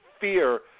Fear